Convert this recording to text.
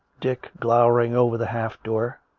dick glowering over the half door,